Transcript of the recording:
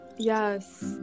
yes